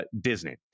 Disney